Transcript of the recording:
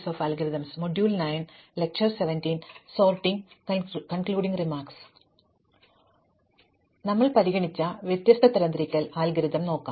ഞങ്ങൾ പരിഗണിച്ച വ്യത്യസ്ത തരംതിരിക്കൽ അൽഗോരിതം നോക്കാം